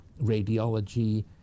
radiology